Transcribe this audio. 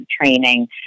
training